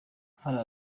hari